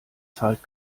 zahlt